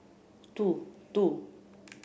two two